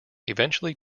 eventually